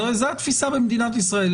זאת התפיסה במדינת ישראל,